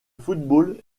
football